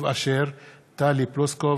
תודה.